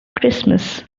christmas